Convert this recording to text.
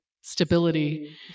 stability